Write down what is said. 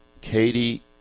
Katie